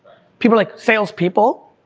people are like, salespeople,